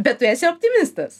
bet tu esi optimistas